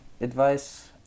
advice